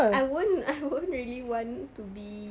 I won't I won't really want to be